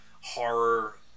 horror